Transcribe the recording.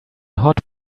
hot